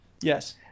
Yes